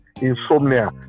insomnia